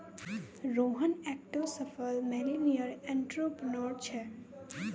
रोहन एकठो सफल millennial entrepreneur छै